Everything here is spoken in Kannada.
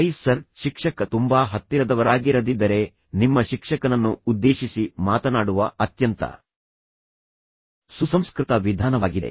ಹೈ ಸರ್ ಶಿಕ್ಷಕ ತುಂಬಾ ಹತ್ತಿರದವರಾಗಿರದಿದ್ದರೆ ನಿಮ್ಮ ಶಿಕ್ಷಕನನ್ನು ಉದ್ದೇಶಿಸಿ ಮಾತನಾಡುವ ಅತ್ಯಂತ ಸುಸಂಸ್ಕೃತ ವಿಧಾನವಾಗಿದೆ